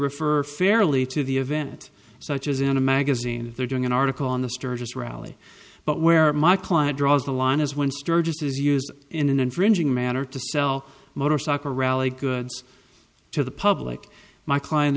refer fairly to the event such as in a magazine if they're doing an article on the sturgis rally but where my client draws the line is when sturgis is used in an unflinching manner to sell motorcycle rally goods to the public my client